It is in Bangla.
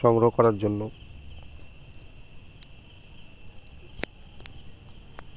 সংগ্রহ করার জন্য